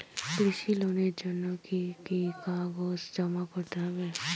কৃষি লোনের জন্য কি কি কাগজ জমা করতে হবে?